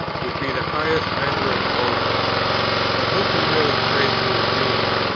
would be the highest measure of devotion but who can really pray to a being,